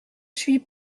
suis